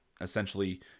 essentially